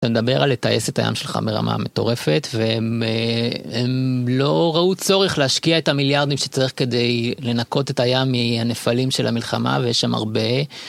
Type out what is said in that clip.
אתה מדבר על לתעש את הים שלך ברמה מטורפת והם לא ראו צורך להשקיע את המיליארדים שצריך כדי לנקות את הים מהנפלים של המלחמה ויש שם הרבה.